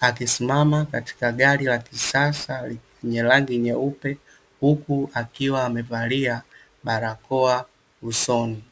akisimama katika gari la kisasa lenye rangi nyeupe, huku akiwa amevalia barakoa usoni.